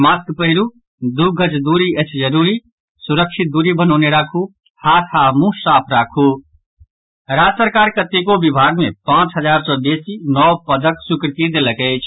mask पहिरू दू गज दूरी अछि जरूरी सुरक्षित दूरी बनौने राखु हाथ आओर मुंह साफ राखु राज्य सरकार कतेको विभाग मे पांच हजार सॅ बेसी नव पदक स्वीकृति देलक अछि